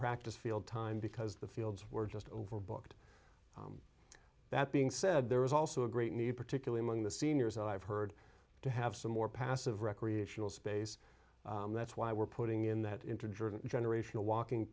practice field time because the fields were just overbooked that being said there is also a great need particularly among the seniors i've heard to have some more passive recreational space that's why we're putting in that interim generation a walking